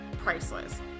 priceless